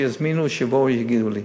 שיזמינו או שיבואו ויגידו לי.